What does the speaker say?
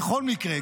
בכל מקרה,